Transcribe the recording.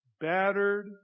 battered